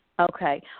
Okay